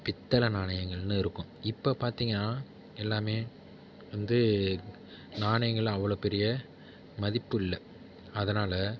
பித்தளை நாணயங்கள்னு இருக்கும் இப்போ பார்த்திங்கனா எல்லாமே வந்து நாணயங்கள் அவ்வளோ பெரிய மதிப்பில்லை அதனால்